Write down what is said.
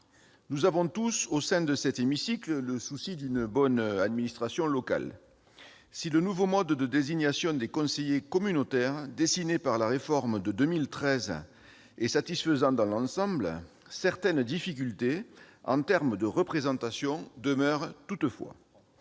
nous avons tous, au sein de cet hémicycle, le souci d'une bonne administration locale. Si le nouveau mode de désignation des conseillers communautaires, dessiné par la réforme de 2013, est dans l'ensemble satisfaisant, certaines difficultés demeurent toutefois